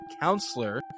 counselor